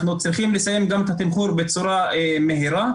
אנחנו צריכים לסיים גם את התמחור בצורה מהירה,